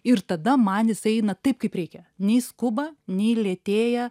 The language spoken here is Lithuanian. ir tada man jisai eina taip kaip reikia nei skuba nei lėtėja